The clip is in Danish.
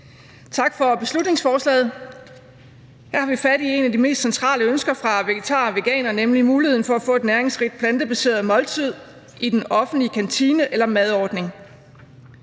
Tak for beslutningsforslaget. Her har vi fat i et af de mest centrale ønsker fra vegetarer og veganere, nemlig muligheden for at få et næringsrigt plantebaseret måltid i den offentlige kantine eller madordning.